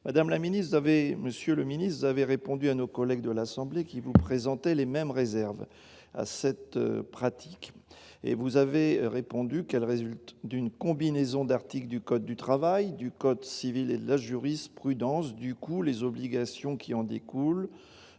monsieur le ministre avait répondu à nos collègues de l'assemblée qui vous présenter les mêmes réserves à cette pratique et vous avez répondu qu'elle résulte d'une combinaison d'articles du code du travail du Code civil et la jurisprudence du coup les obligations qui en découlent